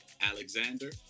Alexander